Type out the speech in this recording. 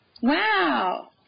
Wow